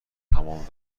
همان